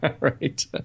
Right